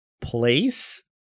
place